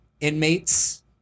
inmates